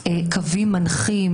קווים מנחים